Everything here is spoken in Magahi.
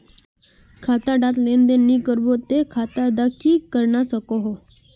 खाता डात लेन देन नि करबो ते खाता दा की रहना सकोहो?